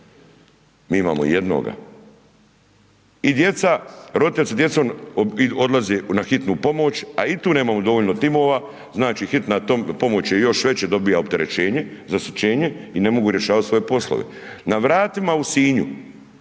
mi imamo 1. I djeca, roditelji sa djecom, odlaze na hitnu pomoć, a i tu nemamo dovoljno timova, znači hitna pomoć je još veće, dobija opterećenje, zaštićenije i ne mogu rješavati svoje poslove. Na vratima u Sinju,